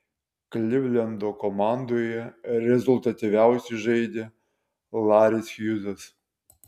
klivlendo komandoje rezultatyviausiai žaidė laris hjūzas